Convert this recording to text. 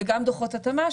וגם דוחות התאמה,